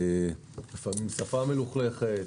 לפעמים שפה מלוכלכת,